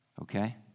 Okay